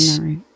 right